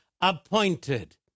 appointed